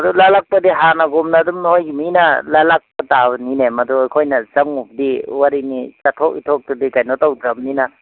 ꯑꯗꯨ ꯂꯥꯜꯂꯛꯄꯗꯤ ꯍꯥꯟꯅꯒꯨꯝꯅ ꯑꯗꯨꯝ ꯅꯣꯏꯒꯤ ꯃꯤꯅ ꯂꯥꯜꯂꯛꯄ ꯇꯥꯕꯅꯤꯅꯦ ꯃꯗꯨ ꯑꯩꯈꯣꯏꯅ ꯆꯪꯉꯨꯕꯗꯤ ꯋꯥꯔꯤꯅꯤ ꯆꯠꯊꯣꯛ ꯏꯊꯣꯛꯄꯗꯤ ꯀꯩꯅꯣ ꯇꯧꯗ꯭ꯔꯕꯅꯤꯅ